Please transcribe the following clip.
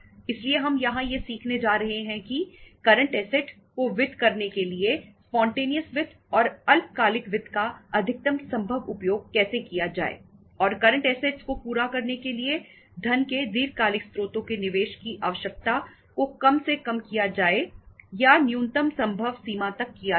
इसलिए हम यहां यह सीखने जा रहे हैं कि करंट असेट्स को पूरा करने के लिए धन के दीर्घकालिक स्रोतों के निवेश की आवश्यकताओं को कम से कम किया जाए या यह न्यूनतम संभव सीमा तक किया जाए